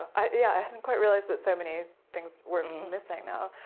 i hadn't quite realized that so many things were missing now.